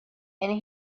and